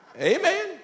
Amen